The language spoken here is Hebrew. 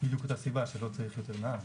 בדיוק בגלל אותה סיבה שלא צריך יותר נהג,